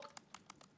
על הפיקוח